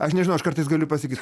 aš nežinau aš kartais galiu pasakyt